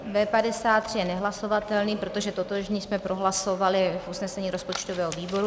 B53 je nehlasovatelný, protože totožný jsme prohlasovali v usnesení rozpočtového výboru.